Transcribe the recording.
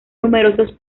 numerosos